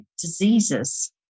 diseases